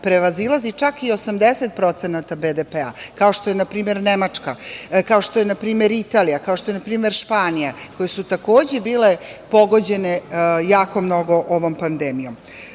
prevazilazi čak i 80% BDP-a, kao što je, na primer, Nemačka, kao što je, na primer, Italija, kao što je, na primer, Španija, koje su, takođe, bile pogođene jako mnogo ovom pandemijom. Današnji